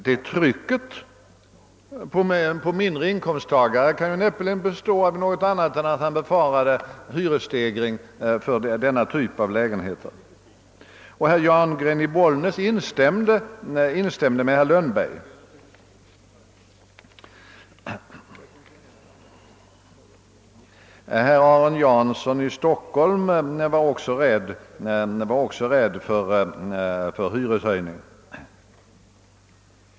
Det trycket på mindre inkomsttagare kan ju näppeligen bestå i något annat än att han befarade hyresstegring för denna typ av lägenheter. Herr Jangren i Bollnäs instämde med herr Lundberg. Herr Aron Jansson i Stockholm var också rädd för hyreshöjningar.